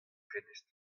prenestr